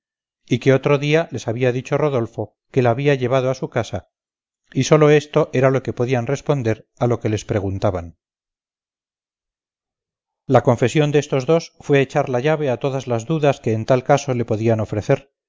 y que otro día les había dicho rodolfo que la había llevado a su casa y sólo esto era lo que podían responder a lo que les preguntaban la confesión destos dos fue echar la llave a todas las dudas que en tal caso le podían ofrecer